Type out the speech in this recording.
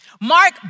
Mark